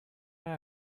may